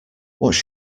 what’s